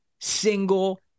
single